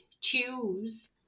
choose